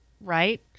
right